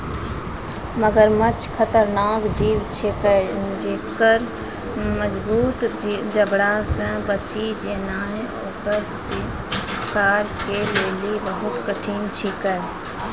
मगरमच्छ खतरनाक जीव छिकै जेक्कर मजगूत जबड़ा से बची जेनाय ओकर शिकार के लेली बहुत कठिन छिकै